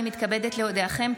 אני מתכבדת להודיעכם,